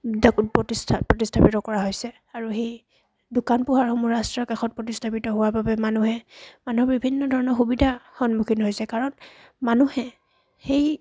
দা প্ৰতিস্থা প্ৰতিস্থাপিত কৰা হৈছে আৰু সেই দোকান পোহাৰসমূহ ৰাস্তাৰ কাষত প্ৰতিস্থাপিত হোৱাৰ বাবে মানুহে মানুহৰ বিভিন্ন ধৰণৰ সুবিধাৰ সন্মুখীন হৈছে কাৰণ মানুহে সেই